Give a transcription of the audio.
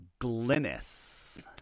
Glynis